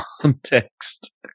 context